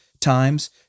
times